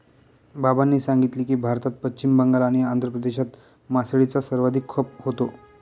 बाबांनी सांगितले की, भारतात पश्चिम बंगाल आणि आंध्र प्रदेशात मासळीचा सर्वाधिक खप होतो